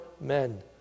men